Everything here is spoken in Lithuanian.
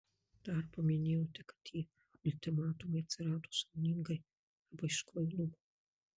dar paminėjote kad tie ultimatumai atsirado sąmoningai arba iš kvailumo